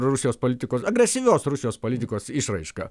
rusijos politikos agresyvios rusijos politikos išraiška